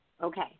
Okay